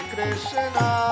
Krishna